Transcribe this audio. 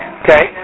okay